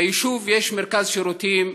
ביישוב יש מרכז שירותים,